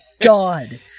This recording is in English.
God